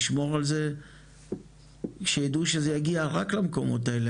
לשמור על זה שיידעו שזה יגיע רק למקומות האלה,